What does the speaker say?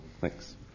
Thanks